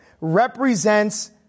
represents